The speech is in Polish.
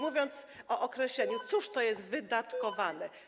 Mówiąc o określeniu, cóż to jest: wydatkowane?